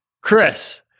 Chris